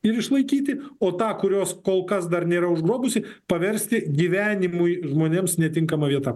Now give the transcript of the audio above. ir išlaikyti o tą kurios kol kas dar nėra užgrobusi paversti gyvenimui žmonėms netinkama vieta